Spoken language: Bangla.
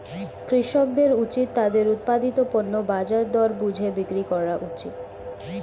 কৃষকদের উচিত তাদের উৎপাদিত পণ্য বাজার দর বুঝে বিক্রি করা উচিত